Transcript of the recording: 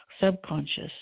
subconscious